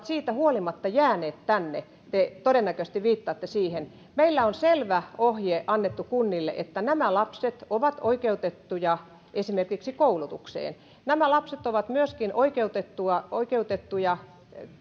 siitä huolimatta jääneet tänne te todennäköisesti viittaatte siihen meillä on selvä ohje annettu kunnille että nämä lapset ovat oikeutettuja esimerkiksi koulutukseen nämä lapset ovat myöskin oikeutettuja oikeutettuja